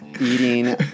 eating